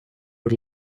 but